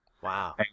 wow